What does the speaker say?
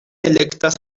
elektas